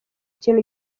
kintu